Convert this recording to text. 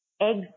eggs